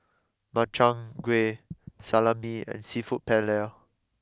Makchang Gui Salami and Seafood Paella